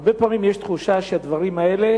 הרבה פעמים יש תחושה שהדברים האלה